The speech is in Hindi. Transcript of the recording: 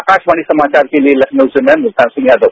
आकाशवाणी समाचार के लिए लखनऊ से मैं मुल्तान सिंह यादव